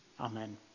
Amen